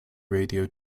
radio